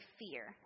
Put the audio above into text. fear